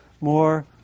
more